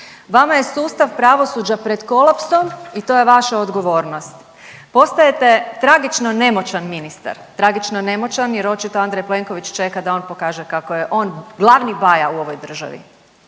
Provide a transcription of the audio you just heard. Vama je sustav pravosuđa pred kolapsom i to je vaša odgovornost. Postajete tragično nemoćan ministar, tragično nemoćan jer očito Andrej Plenković čeka da on pokaže kako je on glavni baja u ovoj državi.